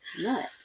Nut